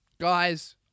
Guys